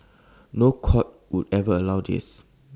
no court would ever allow this